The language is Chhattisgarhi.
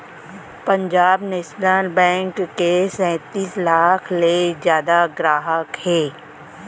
पंजाब नेसनल बेंक के सैतीस लाख ले जादा गराहक हे